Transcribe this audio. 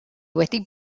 wedi